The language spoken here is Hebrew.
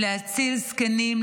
להציל זקנים,